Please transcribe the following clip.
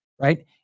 right